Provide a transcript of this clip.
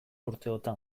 urteotan